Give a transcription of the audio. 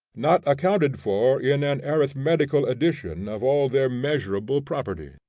not accounted for in an arithmetical addition of all their measurable properties.